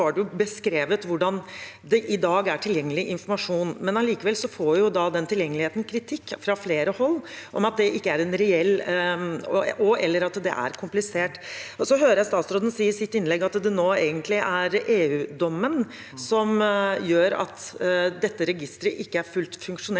det beskrevet hvordan dette i dag er tilgjengelig informasjon, men likevel får den tilgjengeligheten kritikk fra flere hold om at det ikke er reelt, eller er komplisert. Jeg hører at statsråden i sitt innlegg sier at det nå egentlig er EU-dommen som gjør at dette registeret ikke er fullt ut funksjonelt.